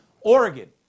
Oregon